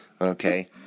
Okay